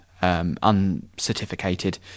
uncertificated